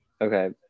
Okay